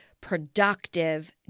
productive